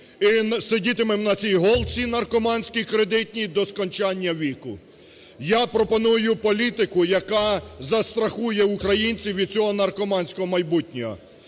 і сидітимемо на цій голці наркоманській кредитній до скончанія віку. Я пропоную політику, яка застрахує українців від цього наркоманського майбутнього,